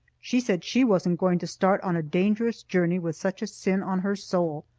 she said she wasn't going to start on a dangerous journey with such a sin on her soul.